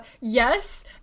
yes